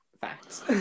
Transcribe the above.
facts